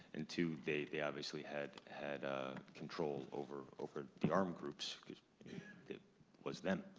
and two, they they obviously had had ah control over over the armed groups cause it was them,